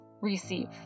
receive